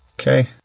Okay